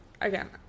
again